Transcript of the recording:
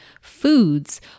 foods